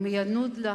ומי ינוד לך,